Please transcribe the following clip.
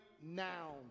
now